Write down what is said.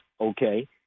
okay